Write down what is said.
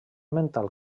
mental